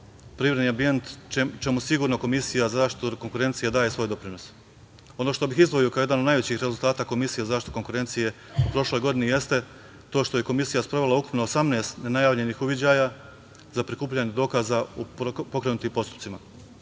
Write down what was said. privredni ambijent, čemu sigurno Komisija za zaštitu od konkurencije daje svoj doprinos. Ono što bih izdvojio kao jedan od najvećih rezultata Komisije za zaštitu konkurencije u prošloj godini jeste, to što je Komisija sprovela ukupno 18 nenajavljenih uviđaja za prikupljanje dokaza u pokrenutim postupcima.